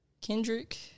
Kendrick